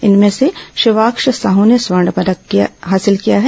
इनमें से शिवाक्ष साह ने स्वर्ण पदक हासिल किया है